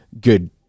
good